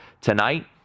tonight